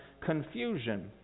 confusion